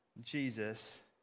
Jesus